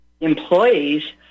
employees